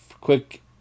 quick